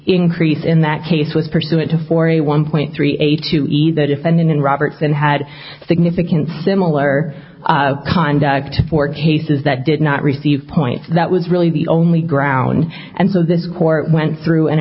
increase in that case with pursuant to forty one point three eight to either defendant and robertson had significant similar conduct for cases that did not receive points that was really the only ground and so this court went through an